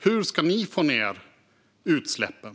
Hur ska ni få ned utsläppen?